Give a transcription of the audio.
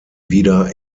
wieder